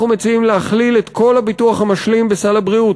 אנחנו מציעים להכליל את כל הביטוח המשלים בסל הבריאות.